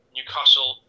Newcastle